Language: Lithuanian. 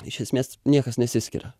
iš esmės niekas nesiskiria